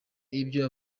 ibyo